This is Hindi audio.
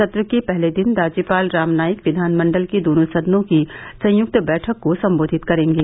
सत्र के पहले दिन राज्यपाल राम नाईक विधानमण्डल के दोनों सदनों की संयुक्त बैठक को सम्बोधित करेंगे